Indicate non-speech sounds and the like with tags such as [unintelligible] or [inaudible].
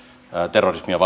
terrorismia [unintelligible]